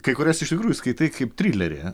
kai kurias iš tikrųjų skaitai kaip trilerį